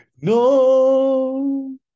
no